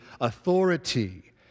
authority